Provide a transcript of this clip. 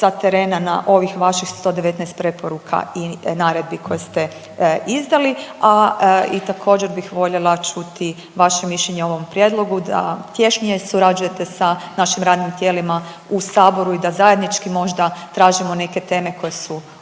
sa terena na ovih vaših 119 preporuka i naredbi koje ste izdali, a i također, bih voljela čuti vaše mišljenje o ovom prijedlogu da tješnje surađujete sa našim radnim tijelima u Saboru i da zajednički možda tražimo neke teme koje su